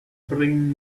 bring